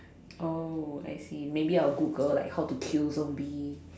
oh I see maybe I would Google like how to kill zombie